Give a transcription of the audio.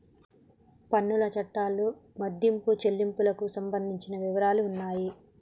పన్నుల చట్టాలు మదింపు చెల్లింపునకు సంబంధించిన వివరాలు ఉన్నాయి